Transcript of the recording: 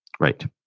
Right